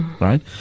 right